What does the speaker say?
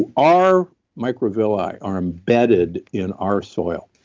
and our microvilli are embedded in our soil.